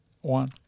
One